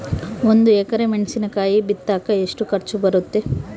ಒಂದು ಎಕರೆ ಮೆಣಸಿನಕಾಯಿ ಬಿತ್ತಾಕ ಎಷ್ಟು ಖರ್ಚು ಬರುತ್ತೆ?